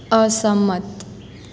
અસંમત